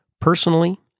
Personally